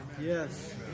Yes